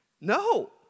no